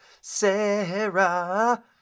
Sarah